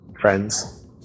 Friends